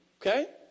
Okay